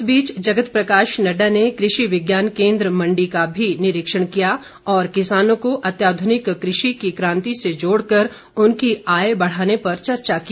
इस बीच जगत प्रकाश नड्डा ने कृषि विज्ञान केन्द्र मंडी का भी निरीक्षण किया और किसानों को अत्याध्रनिक कृषि की क्रांति से जोड़कर उनकी आय बढ़ाने पर चर्चा की